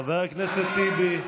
חבר הכנסת טיבי.